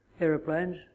aeroplanes